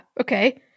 okay